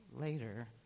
later